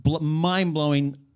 mind-blowing